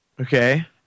Okay